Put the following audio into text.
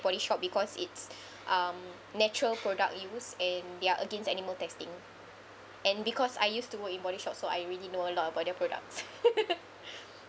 Body Shop because it's um natural product used and they're against animal testing and because I used to work in Body Shop so I really know a lot about their products